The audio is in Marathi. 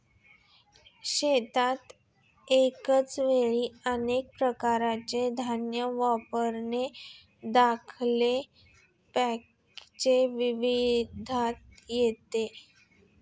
शेतात एकाच वेळी अनेक प्रकारचे धान्य वापरणे देखील पिकांच्या विविधतेत येते